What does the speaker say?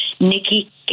Nikki